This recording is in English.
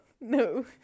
No